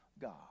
God